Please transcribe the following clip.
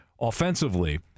offensively